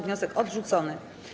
Wniosek odrzucony.